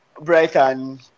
Brighton